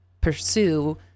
pursue